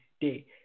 Day